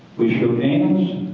we showed gains,